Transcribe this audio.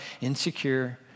insecure